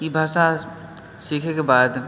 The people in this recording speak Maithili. ई भाषा सिखयके बाद